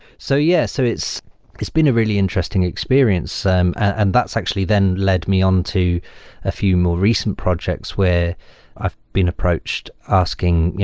so yeah. so it's it's been a really interesting experience, um and that's actually then led me on to a few more recent projects, where i've been approached asking,